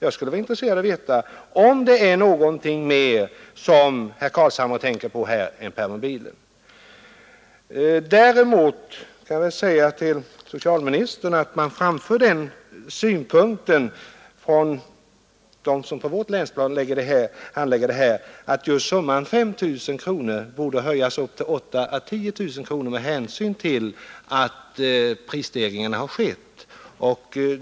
Jag skulle vara intresserad av att få veta om herr Carlshamre tänker på någonting annat än permobilen. Till socialministern vill jag säga att de som på vårt länsplan handlägger dessa frågor anser att summan 5 000 kronor borde höjas till 8 000 å 10 000 med hänsyn till de prisstegringar som har skett.